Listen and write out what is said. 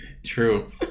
True